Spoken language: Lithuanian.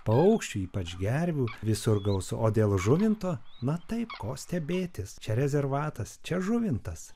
paukščių ypač gervių visur gausu o dėl žuvinto na taip ko stebėtis čia rezervatas čia žuvintas